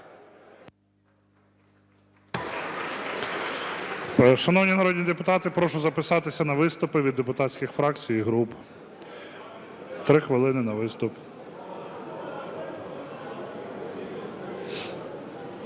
Шановні народні депутати, прошу записатися на виступи від депутатських фракцій і груп, 3 хвилини на виступ.